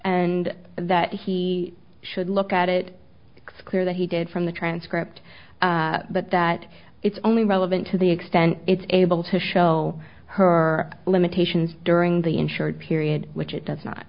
and that he should look at it clear that he did from the transcript but that it's only relevant to the extent it's able to show her limitations during the insured period which it does not